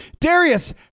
Darius